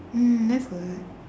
mm that's good